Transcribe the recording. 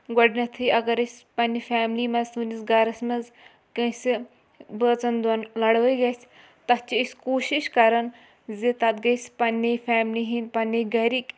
گۄڈٕنٮ۪تھٕے اگر أسۍ پنٛنہِ فیملی منٛز سٲنِس گَرَس منٛز کٲنٛسہِ بٲژَن دۄن لَڑٲے گژھِ تَتھ چھِ أسۍ کوٗشِش کَران زِ تَتھ گژھِ پنٛنے فیملی ہِنٛدۍ پنٛنہِ گَرِکۍ